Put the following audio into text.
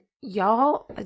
y'all